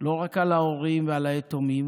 לא רק על ההורים ועל היתומים,